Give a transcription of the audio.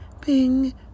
bing